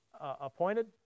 appointed